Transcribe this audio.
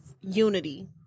unity